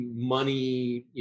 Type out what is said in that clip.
money